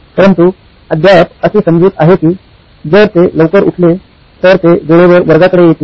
परंतु अद्याप अशी समजूत आहे की जर ते लवकर उठले तर ते वेळेवर वर्गाकडे येतील